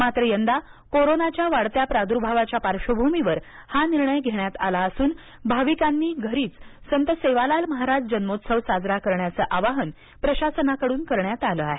मात्र यंदा कोरोनाच्या वाढत्या प्रदुर्भावाच्या पार्श्वभूमीवर हा निर्णय घेण्यात आला असून भाविकांनी घरीच संत सेवालाल महाराज जन्मोत्सव साजरा करण्याचं आवाहन प्रशासनाकडून करण्यात आलं आहे